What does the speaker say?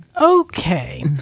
Okay